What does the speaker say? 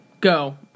go